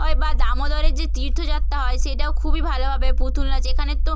হয় বা দামোদরের যে তীর্থযাত্রা হয় সেটাও খুবই ভালোভাবে পুতুল নাচ এখানের তো